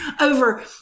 over